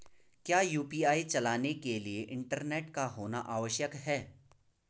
क्या यु.पी.आई चलाने के लिए इंटरनेट का होना आवश्यक है?